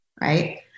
right